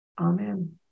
Amen